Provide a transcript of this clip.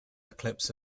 eclipse